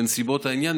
בנסיבות העניין,